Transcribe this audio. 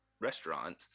restaurant